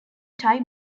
tie